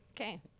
okay